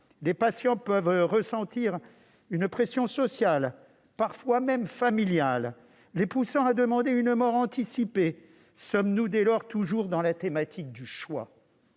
Les patients peuvent ressentir une pression sociale, parfois même familiale, les poussant à demander une mort anticipée. Sommes-nous dès lors toujours dans la thématique du choix ?